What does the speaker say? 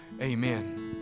Amen